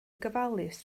gofalus